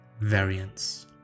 variance